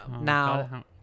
Now